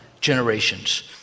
generations